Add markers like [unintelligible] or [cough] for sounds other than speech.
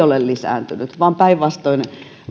[unintelligible] ole lisääntynyt vaan päinvastoin